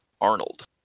Arnold